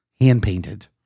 hand-painted